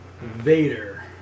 Vader